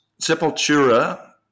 Sepultura